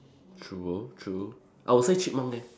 true true I would say chipmunk leh